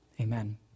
Amen